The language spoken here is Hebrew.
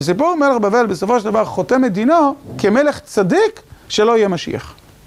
וזה פה מלך בבל בסופו של דבר חותם את דינו כמלך צדיק שלא יהיה משיח.